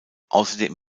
außerdem